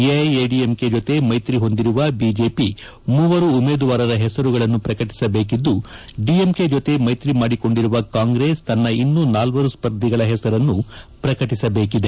ಎಐಎಡಿಎಂಕೆ ಜೊತೆ ಮೈತ್ರಿ ಹೊಂದಿರುವ ಬಿಜೆಪಿ ಮೂವರು ಉಮೇದುವಾರರ ಹೆಸರುಗಳನ್ನು ಪ್ರಕಟಿಸಬೇಕಿದ್ದು ಡಿಎಂಕೆ ಜೊತೆ ಮೈತ್ರಿ ಮಾಡಿಕೊಂಡಿರುವ ಕಾಂಗ್ರೆಸ್ ತನ್ನ ಇನ್ನೂ ನಾಲ್ವರು ಸ್ಪರ್ಧಿಗಳ ಹೆಸರನ್ನು ಪ್ರಕಟಿಸಬೇಕಿದೆ